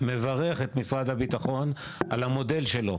אני מברך את משרד הביטחון על המודל שלו,